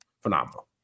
phenomenal